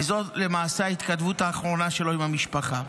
וזו למעשה ההתכתבות האחרונה שלו עם המשפחה.